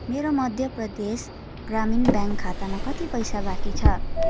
मेरो मध्य प्रदेश ग्रामीण ब्याङ्क खातामा कति पैसा बाँकी छ